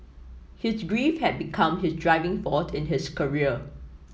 his grief had become his driving force in his career